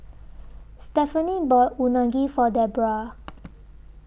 Stephaine bought Unagi For Debroah